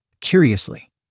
Curiously